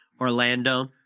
Orlando